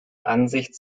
ansicht